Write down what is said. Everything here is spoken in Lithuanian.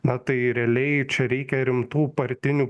na tai realiai čia reikia rimtų partinių